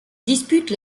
dispute